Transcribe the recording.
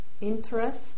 interest